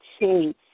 change